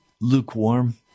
lukewarm